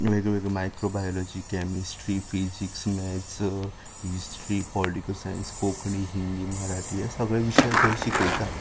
वेगळ्यो वेगळ्यो microbiology chemistry physics maths history political science Konkani Hindi Marathi आसा सगळे विशय थंय शिकयता